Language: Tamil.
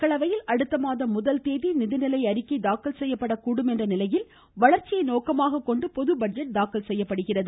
மக்களவையில் அடுத்த மாதம் முதல் தேதி நிதிநிலை அறிக்கை தாக்கல் செய்யப்படக்கூடும் என்ற நிலையில் வளர்ச்சியை நோக்கமாகக் கொண்டு பொது பட்ஜெட் தாக்கல் செய்யப்படுகிறது